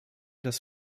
das